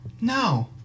No